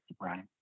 right